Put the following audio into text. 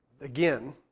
Again